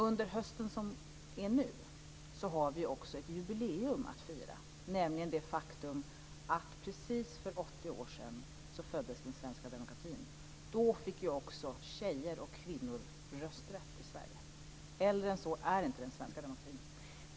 Under hösten har vi ett jubileum att fira, nämligen det faktum att för precis 80 år sedan föddes den svenska demokratin. Då fick också tjejer och kvinnor rösträtt i Sverige. Äldre än så är inte den svenska demokratin.